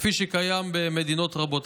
כפי שקיים במדינות רבות.